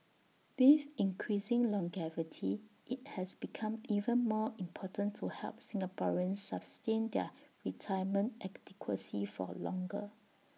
with increasing longevity IT has become even more important to help Singaporeans sustain their retirement for longer